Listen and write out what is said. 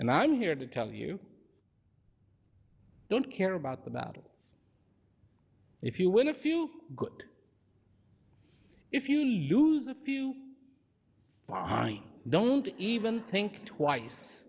and i'm here to tell you don't care about the battles if you win a few good if you lose a few fine don't even think twice